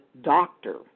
doctor